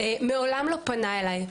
מעולם לא פנה אליי,